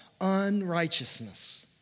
unrighteousness